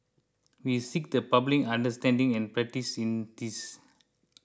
we seek the public understanding and patience in this